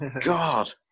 God